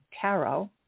tarot